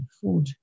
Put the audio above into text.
food